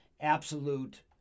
absolute